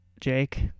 jake